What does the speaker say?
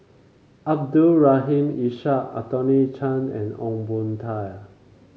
Abdul Rahim Ishak Anthony Chen and Ong Boon Tat